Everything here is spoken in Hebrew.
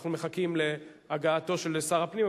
אנחנו מחכים להגעתו של שר הפנים,